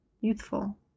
youthful